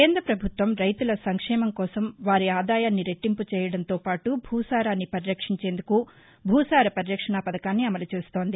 కేంద్ర పభుత్వం రైతుల సంక్షేమం కోసం వారి ఆదాయాన్ని రెట్లింపు చేయడంతో పాటు భూసారాన్ని పరిరక్షించేందుకు భూసార పరిరక్షణ పధకాన్ని అమలు చేస్తోంది